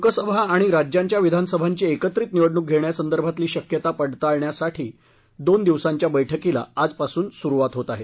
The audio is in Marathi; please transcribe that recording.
लोकसभा आणि राज्यांच्या विधानसभांची एकत्रित निवडणूक घेण्यासंदर्भातली शक्यता पडताळण्यासाठीच्या दोन दिवसांच्या बैठकीला आजपासून सुरुवात होत आहे